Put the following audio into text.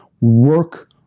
work